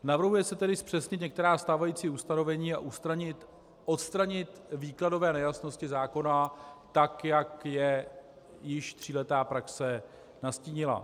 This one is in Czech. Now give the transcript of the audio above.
Navrhuje se tedy zpřesnit některá stávající ustanovení a odstranit výkladové nejasnosti zákona tak, jak je již tříletá praxe nastínila.